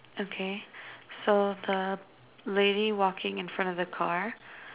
okay so the lady walking in front of the car